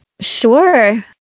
Sure